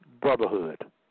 brotherhood